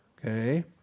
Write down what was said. okay